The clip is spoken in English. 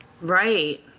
Right